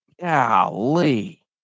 Golly